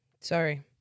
Sorry